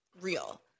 real